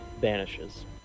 vanishes